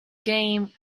game